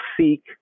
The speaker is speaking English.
seek